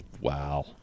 wow